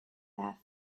their